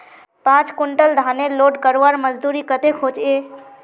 पाँच कुंटल धानेर लोड करवार मजदूरी कतेक होचए?